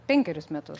penkerius metus